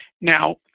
Now